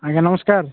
ଆଜ୍ଞା ନମସ୍କାର